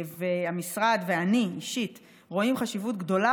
והמשרד ואני אישית רואים חשיבות גדולה